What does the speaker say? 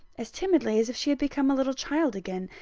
as timidly as if she had become a little child again,